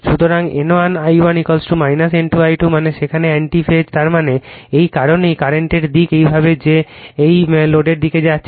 সুতরাং N1 I1 N2 I2 মানে সেখানে অ্যান্টি ফেজে তার মানে এই কারণেই কারেন্টের দিক এইভাবে যে এই লোডের দিকে যাচ্ছে